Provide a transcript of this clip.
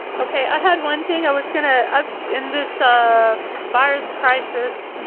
okay, i had one thing i was gonna add in this a virus crisis.